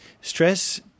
stress